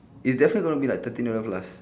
is definitely going to be like thirteen dollar plus